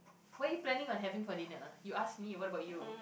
what are you planning on having for dinner you asked me what about you